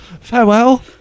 farewell